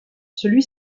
celui